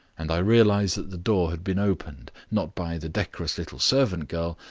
and i realized that the door had been opened, not by the decorous little servant girl,